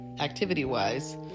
activity-wise